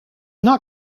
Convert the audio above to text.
not